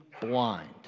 blind